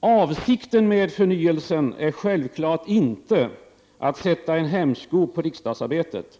Avsikten med förnyelsen är självklart inte att sätta en hämsko på riksdagsarbetet.